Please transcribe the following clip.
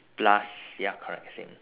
plus ya correct same